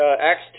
Acts